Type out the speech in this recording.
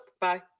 bye